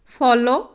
follow